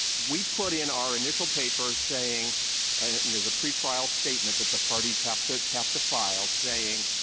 we put in our initial papers saying there's a pretrial statement that the parties have to have to file saying,